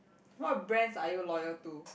what brands are you loyal to